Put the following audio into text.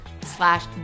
slash